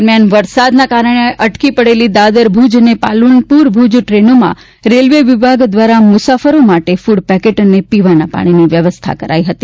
દરમિયાન વરસાદના કારણે અટકી પડેલી દાદર ભુજ અને પાલનપુર ભુજ ટ્રેનોમાં રેલવે વિભાગ દ્વારા મુસાફરો માટે ફૂડ પેકેટ અને પીવાના પાણીની વ્યવસ્થા કરાઈ હતી